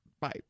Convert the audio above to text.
Bye